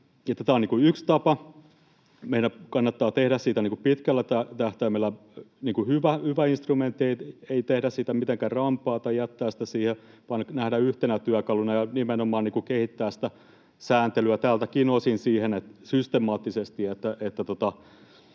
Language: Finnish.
tämä on yksi tapa. Meidän kannattaa tehdä siitä pitkällä tähtäimellä hyvä instrumentti, ei tehdä siitä mitenkään rampaa tai jättää sitä siihen, vaan nähdä se yhtenä työkaluna ja nimenomaan kehittää sääntelyä tältäkin osin systemaattisesti,